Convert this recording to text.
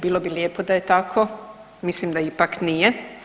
Bilo bi lijepo da je tako, mislim da ipak nije.